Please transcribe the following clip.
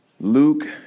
Luke